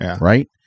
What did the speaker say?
Right